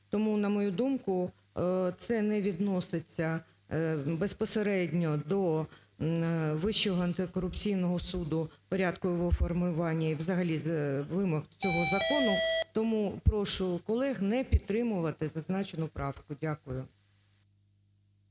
Тому, на мою думку, це не відноситься безпосередньо до Вищого антикорупційного суду, порядку його формування і взагалі вимог цього закону. Тому прошу колег не підтримувати зазначену правку. Дякую.